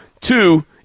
Two